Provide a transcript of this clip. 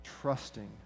trusting